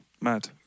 mad